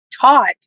taught